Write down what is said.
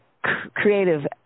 creative